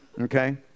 okay